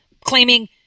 Claiming